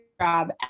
job